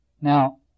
Now